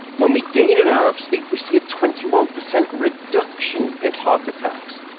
when we gain an hour of sleep, we see a twenty one percent reduction in heart attacks.